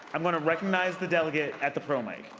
i'm going to recognize the delegate at the pro mic